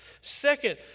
Second